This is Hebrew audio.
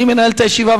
אני מנהל את הישיבה,